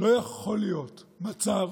לא יכול להיות מצב